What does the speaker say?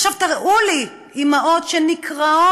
עכשיו, תראו לי אימהות שנקרעות